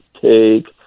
take